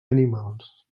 animals